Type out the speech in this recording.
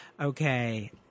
Okay